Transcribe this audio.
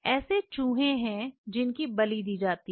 ऐसे चूहे हैं जिनकी बलि दी जा रही है